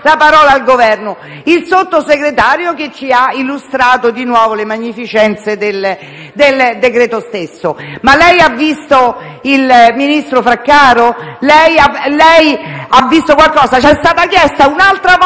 la parola al Governo, e il Sottosegretario ci ha illustrato di nuovo le magnificenze del decreto stesso. Ma lei, signor Presidente, ha visto il ministro Fraccaro? Lei ha visto qualcosa? È stata chiesta un'altra volta